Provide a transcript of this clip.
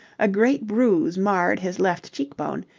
a great bruise marred his left cheek-bone,